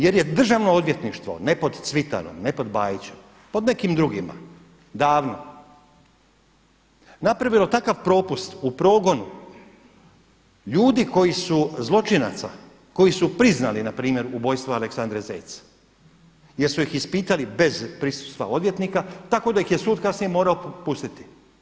Jer je državno odvjetništvo, ne pod Cvitanom, ne pod Bajićem, pod nekim drugima, davno napravilo takav propust u progonu ljudi koji su, zločinaca koji su priznali npr. ubojstvo Aleksandre Zec jer su iz ispitali bez prisustva odvjetnika tako da ih je sud kasnije morao pustiti.